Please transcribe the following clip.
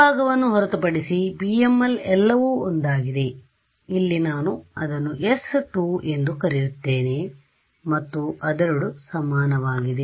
z ಭಾಗಗಳನ್ನು ಹೊರತುಪಡಿಸಿ PML ಎಲ್ಲವೂ ಒಂದಾಗಿದೆ ಇಲ್ಲಿ ನಾನು ಅದನ್ನು s2 ಎಂದು ಕರೆಯುತ್ತೇನೆ ಮತ್ತು ಅದೆರಡು ಸಮಾನವಾಗಿದೆ